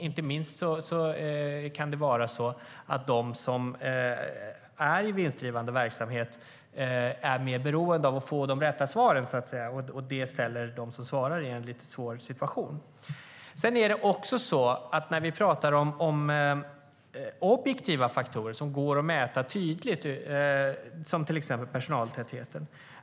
Inte minst kan det vara så att de som är i vinstdrivande verksamhet är mer beroende av att få de rätta svaren, så att säga, vilket ställer dem som svarar i en svår situation. Bilden är också en annan när vi pratar om objektiva faktorer som går att mäta tydligt, som till exempel personaltätheten.